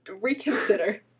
reconsider